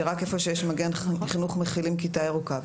שרק איפה שיש מגן חינוך מחילים כיתה ירוקה.